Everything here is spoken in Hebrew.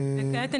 כעת,